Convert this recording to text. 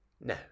No